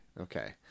Okay